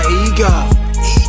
ego